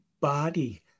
body